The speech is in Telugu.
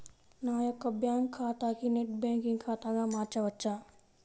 నా యొక్క బ్యాంకు ఖాతాని నెట్ బ్యాంకింగ్ ఖాతాగా మార్చవచ్చా?